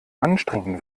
anstrengen